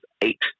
eight